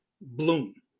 bloom